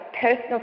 personal